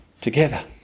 together